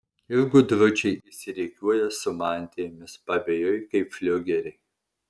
ir gudručiai išsirikiuoja su mantijomis pavėjui kaip fliugeriai